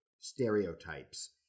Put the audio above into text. stereotypes